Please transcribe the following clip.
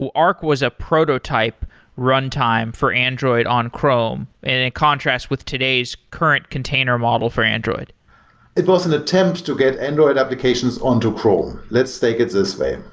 arc was a prototype runtime for android on chrome and in contrast with today's current container model for android it was an attempt to get android applications on to chrome. let's take it this way.